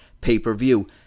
pay-per-view